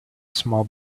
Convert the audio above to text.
small